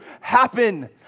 happen